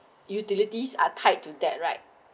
utilities are tied to that right